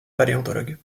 paléontologue